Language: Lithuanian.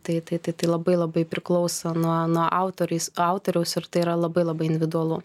tai tai tai labai labai priklauso nuo nuo autoriais autoriaus ir tai yra labai labai individualu